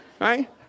Right